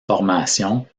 formation